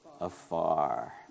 afar